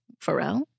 Pharrell